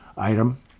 item